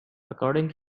according